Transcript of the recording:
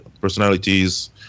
personalities